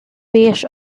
beige